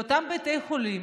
לאותם בתי חולים